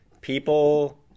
People